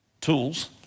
tools